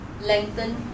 lengthen